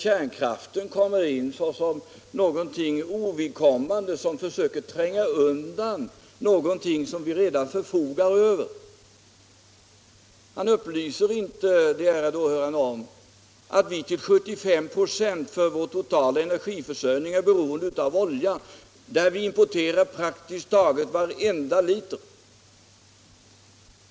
Kärnkraften skulle där komma in såsom någonting ovidkommande, som försöker tränga undan något som vi redan förfogar över. Han upplyser inte de ärade åhörarna om att vi för vår totala energiförsörjning till 75 94 är beroende av olja, som vi importerar praktiskt taget varenda liter av.